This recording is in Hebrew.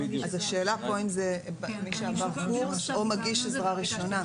אז השאלה פה האם זה מי שעבר קורס או מגיש עזרה ראשונה.